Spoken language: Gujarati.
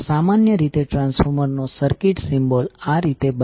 હવે એ જ રીતે આ કિસ્સામાં જ્યારે કરંટ બીજી કોઇલમાં વહે છે